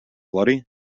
bloody